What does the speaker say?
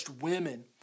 women